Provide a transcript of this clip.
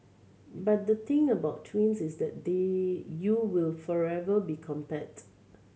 but the thing about twins is that they you will forever be compared